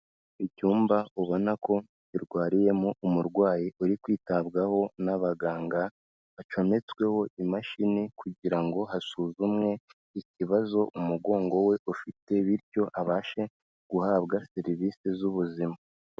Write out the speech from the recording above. Icyumba ubona ko kirwariyemo umurwayi uri kwitabwaho n'abaganga, wacometsweho imashini kugira ngo hasuzumwe ikibazo umugongo we ufite bityo abashe guhabwa serivise z'ubuzima.